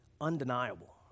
undeniable